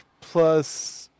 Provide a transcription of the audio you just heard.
plus